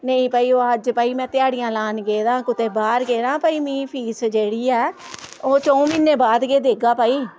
नेईं भाई ओह् अज्ज भाई में ओह् ध्याड़ियां लान गेदां कुतै बाह्र गेदां भाई मी फीस जेह्ड़ी ऐ ओह् च'ऊं म्हीनें बाद गै देगा भाई